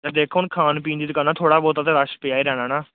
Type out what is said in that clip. ਤਾਂ ਦੇਖੋ ਹੁਣ ਖਾਣ ਪੀਣ ਦੀ ਦੁਕਾਨ ਆ ਥੋੜ੍ਹਾ ਬਹੁਤਾ ਤਾਂ ਰੱਸ਼ ਪਿਆ ਹੀ ਰਹਿਣਾ ਨਾ